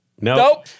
Nope